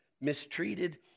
mistreated